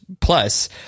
plus